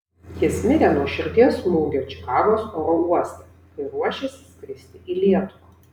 jis mirė nuo širdies smūgio čikagos oro uoste kai ruošėsi skristi į lietuvą